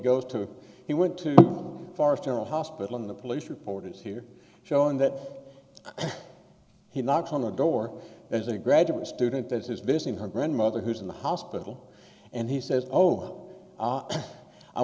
goes to he went to far as general hospital and the police reporters here showing that he knocks on the door as a graduate student as is visiting her grandmother who's in the hospital and he says oh i